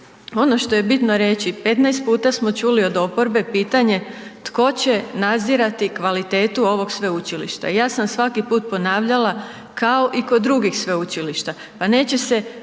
Ono što je bitno reći, 15 puta smo čuli od oporbe pitanje, tko će nadzirati kvalitetu ovog Sveučilišta. Ja sam svaki put ponavljala, kao i kod drugih sveučilišta, pa neće se